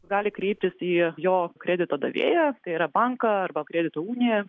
gali kreiptis į jo kredito davėją tai yra banką arba kredito uniją